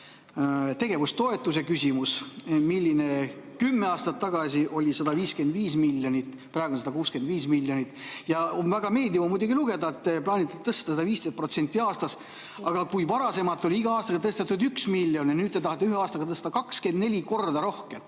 tegevustoetuse küsimus, mis kümme aastat tagasi oli 155 miljonit, praegu on 165 miljonit. Väga meeldiv on muidugi lugeda, et te plaanite tõsta seda 15% aastas. Aga kui varasemalt oli iga-aastaselt tõstetud 1 miljon ja nüüd te tahate ühe aastaga tõsta 24 korda rohkem